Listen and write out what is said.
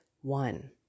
one